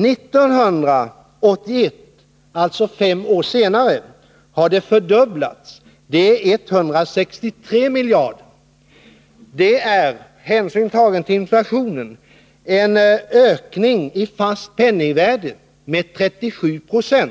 1981, alltså fem år senare, har summan fördubblats till 163 miljarder. Med hänsyn tagen till inflationen innebär detta en ökning i fast penningvärde med 37 26: